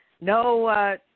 no